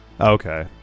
okay